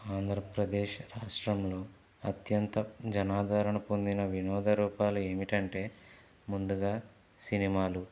ఆంధ్రప్రదేశ్ రాష్ట్రంలో అత్యంత జనాదరణ పొందిన వినోద రూపాలు ఏమిటంటే ముందుగా సినిమాలు